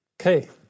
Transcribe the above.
Okay